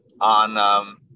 on